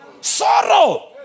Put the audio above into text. sorrow